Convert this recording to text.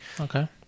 Okay